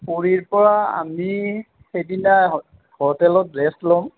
পুৰীৰ পৰা আমি সেইদিনা হোটেলত ৰেষ্ট ল'ম